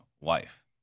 wife